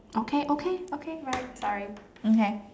okay okay okay right sorry okay